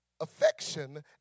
affection